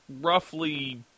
roughly